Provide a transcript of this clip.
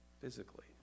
physically